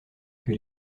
que